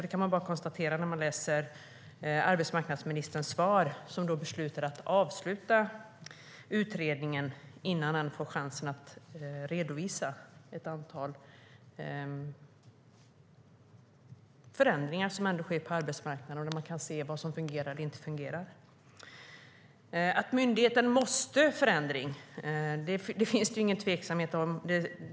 Det kan man konstatera när man läser arbetsmarknadsministerns svar. Regeringen beslutar att avsluta utredningen innan den fått chansen att redovisa något. Det handlar om ett antal förändringar som sker på arbetsmarknaden, och man kan se vad som fungerar eller inte fungerar. Det finns ingen tveksamhet om att myndigheten måste förändras.